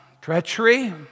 treachery